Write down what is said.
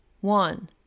one